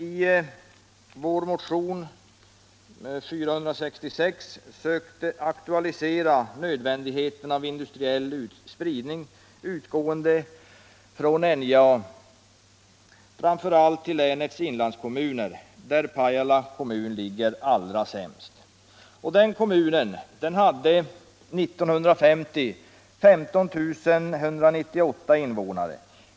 I motionen 466 har vi sökt aktualisera nödvändigheten av industriell spridning utgående från NJA, framför allt till länets inlandskommuner, där Pajala kommun ligger allra sämst till. 1950 hade denna kommun 15 198 invånare.